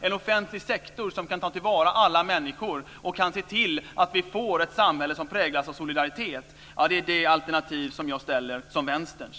En offentlig sektor som kan ta till vara alla människor och se till att vi får ett samhälle som präglas av solidaritet, ja, det är det alternativ som jag ställer som Vänsterns.